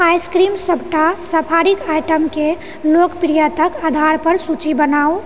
ice cream सबटा सिफारिश आइटमकेँ लोकप्रियताक आधार पर सूचि बनाउ